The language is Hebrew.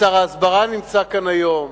ושר ההסברה נמצא כאן היום,